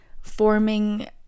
forming